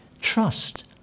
trust